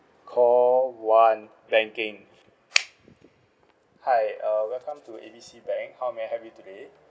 call one banking hi uh welcome to A B C bank how may I help you today